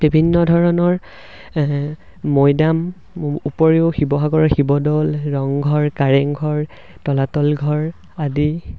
বিভিন্ন ধৰণৰ মৈদাম উপৰিও শিৱসাগৰৰ শিৱদৌল ৰংঘৰ কাৰেংঘৰ তলাতল ঘৰ আদি